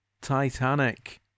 Titanic